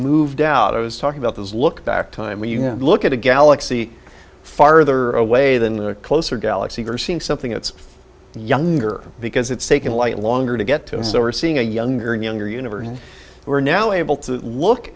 moved out i was talking about those look back time when you look at a galaxy farther away than the closer galaxy you're seeing something that's younger because it's taken light longer to get to and so are seeing a younger and younger universe and we're now able to look